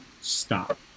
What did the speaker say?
stop